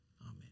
Amen